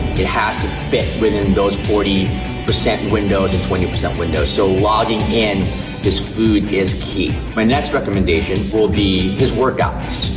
it has to fit within those forty per cent windows and twenty per cent windows. so locking in his food is key. my next recommendation will be his workouts.